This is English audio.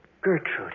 Gertrude